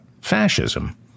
fascism